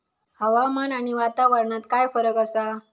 हवामान आणि वातावरणात काय फरक असा?